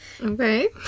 okay